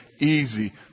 easy